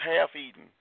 half-eaten